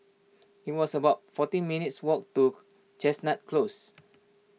it was about fourteen minutes' walk to Chestnut Close